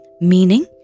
Meaning